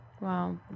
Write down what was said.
Wow